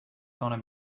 gonna